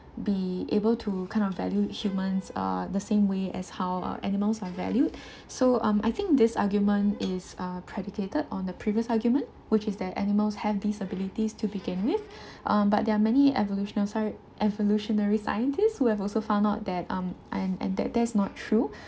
be able to kind of value humans uh the same way as how uh animals are valued so um I think this argument is uh predicated on the previous argument which is that animals have these abilities to begin with um but there many evolutional~ sorry evolutionary scientists who have also found out that um and that that's not true